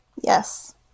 Yes